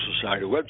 Society